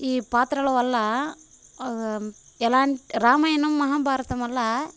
ఈ పాత్రల వల్ల ఎలాంటి రామాయణం మహాభారతం వల్ల